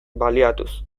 baliatuz